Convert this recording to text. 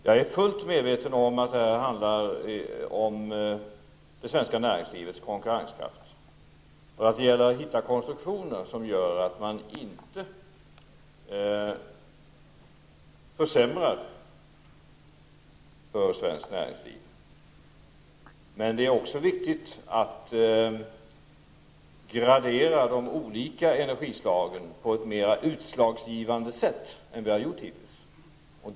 Jag är fullt medveten om att det här handlar om det svenska näringslivets konkurrenskraft och att det gäller att hitta konstruktioner som gör att man inte försämrar för svenskt näringsliv. Det är också viktigt att gradera de olika energislagen på ett mera utslagsgivande sätt än vi har gjort hittills.